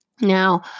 Now